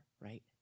right